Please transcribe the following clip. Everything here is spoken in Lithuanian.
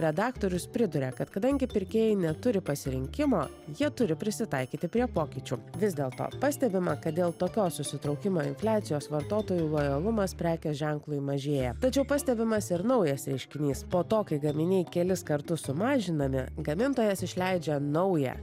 redaktorius priduria kad kadangi pirkėjai neturi pasirinkimo jie turi prisitaikyti prie pokyčių vis dėlto pastebima kad dėl tokios susitraukimo infliacijos vartotojų lojalumas prekės ženklui mažėja tačiau pastebimas ir naujas reiškinys po to kai gaminiai kelis kartus sumažinami gamintojas išleidžia naują